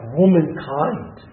womankind